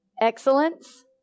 Excellence